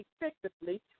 effectively